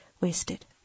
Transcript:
wasted